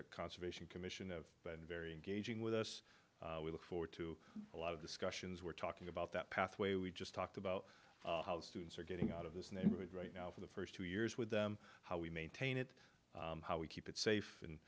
that conservation commission of been very engaging with us we look forward to a lot of discussions we're talking about that pathway we just talked about how students are getting out of this neighborhood right now for the first two years with them how we maintain it how we keep it safe and